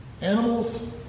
Animals